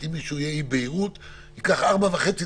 יוצאי אתיופיה